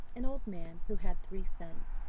an old man who had three sons.